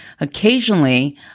Occasionally